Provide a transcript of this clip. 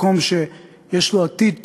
מקום שיש לו עתיד טוב,